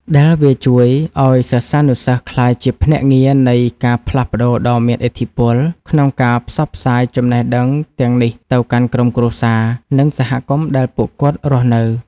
ដែលវាជួយឱ្យសិស្សានុសិស្សក្លាយជាភ្នាក់ងារនៃការផ្លាស់ប្តូរដ៏មានឥទ្ធិពល ក្នុងការផ្សព្វផ្សាយចំណេះដឹងទាំងនេះទៅកាន់ក្រុមគ្រួសារ និងសហគមន៍ដែលពួកគាត់រស់នៅ។